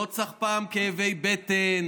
לא צריך פעם כאבי בטן,